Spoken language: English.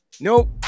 Nope